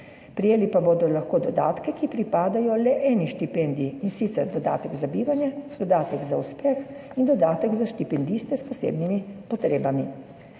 Prejeli pa bodo lahko dodatke, ki pripadajo le eni štipendiji, in sicer dodatek za bivanje, dodatek za uspeh in dodatek za štipendiste s posebnimi potrebami.